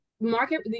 market